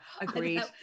Agreed